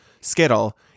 Skittle